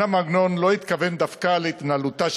אומנם עגנון לא התכוון דווקא להתנהלותה